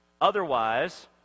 Otherwise